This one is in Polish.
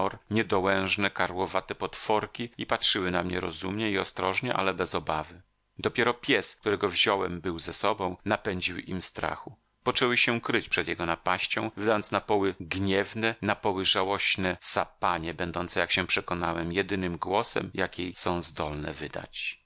z nor niedołężne karłowate potworki i patrzyły na mnie rozumnie i ostrożnie ale bez obawy dopiero pies którego wziąłem był ze sobą napędził im strachu poczęły się kryć przed jego napaścią wydając na poły gniewne na poły żałośne sapanie będące jak się przekonałem jedynym głosem jaki są zdolne wydać